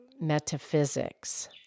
Metaphysics